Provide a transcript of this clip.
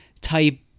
type